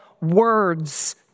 words